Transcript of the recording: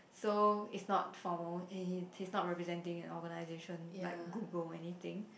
so it's not formal and he is he is not representing an organization like Google anything